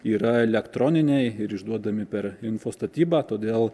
yra elektroniniai ir išduodami per info statybą todėl